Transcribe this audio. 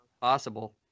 possible